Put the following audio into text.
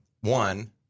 One